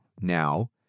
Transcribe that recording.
now